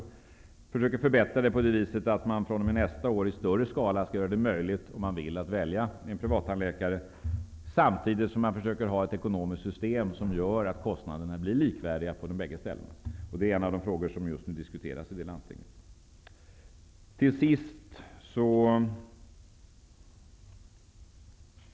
Man försöker förbättra systemet så, att det fr.o.m. nästa år i större skala skall bli möjligt att välja en privattandläkare, samtidigt som man skall ha ett ekonomiskt system som medför att kostnaderna blir likvärdiga för de båda alternativen. Det är sådana frågor som man just nu diskuterar inom Stockholms läns landsting.